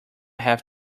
have